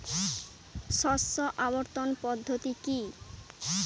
শস্য আবর্তন পদ্ধতি কি?